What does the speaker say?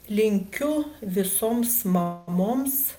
linkiu visoms mamoms